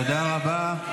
תודה רבה.